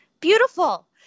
Beautiful